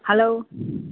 hello